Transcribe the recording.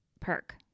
perk